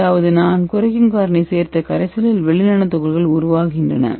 அதாவது நான் குறைக்கும் காரணி சேர்த்த கரைசலில் வெள்ளி நானோ துகள்கள் உருவாகின்றன